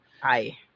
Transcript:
Hi